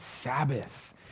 Sabbath